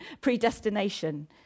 predestination